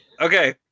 Okay